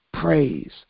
praise